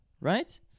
right